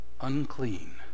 Unclean